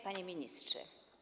Panie Ministrze!